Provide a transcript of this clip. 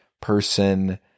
person